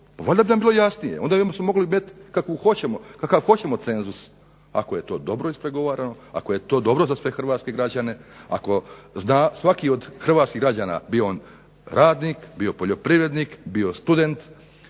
valjda bi nam bilo jasnije, onda bismo mogli metnuti kakav god hoćemo cenzus ako je to dobro ispregovarano, ako je to dobro za sve hrvatske građane, ako zna svaki od hrvatskih građana bio on radnik, poljoprivrednik, bio student